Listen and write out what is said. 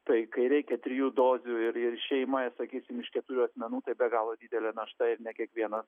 tai kai reikia trijų dozių ir ir šeima sakysim iš keturių asmenų tai be galo didelė našta ir ne kiekviena